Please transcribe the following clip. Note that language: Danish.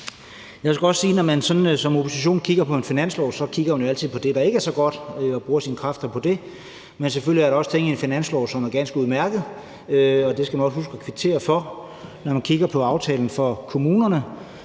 Jeg skal også sige, at når man sådan som opposition kigger på en finanslov, kigger man jo altid på det, der ikke er så godt, og bruger sine kræfter på det, men selvfølgelig er der også ting i en finanslov, som er ganske udmærket, og det skal man også huske at kvittere for. Når man kigger på aftalen for kommunerne,